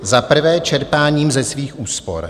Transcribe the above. Za prvé čerpáním ze svých úspor.